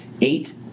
Eight